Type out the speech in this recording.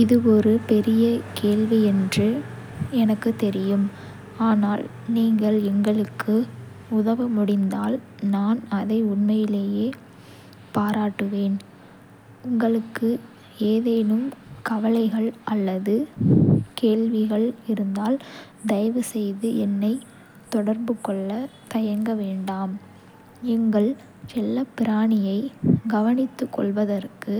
இது ஒரு பெரிய கேள்வி என்று எனக்குத் தெரியும், ஆனால் நீங்கள் எங்களுக்கு உதவ முடிந்தால் நான் அதை உண்மையிலேயே பாராட்டுவேன். உங்களுக்கு ஏதேனும் கவலைகள் அல்லது கேள்விகள் இருந்தால், தயவுசெய்து என்னைத் தொடர்புகொள்ள தயங்க வேண்டாம். எங்கள் செல்லப்பிராணியை கவனித்துக்கொள்வதற்கு